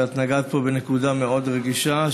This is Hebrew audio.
נגעת פה בנקודה מאוד רגישה,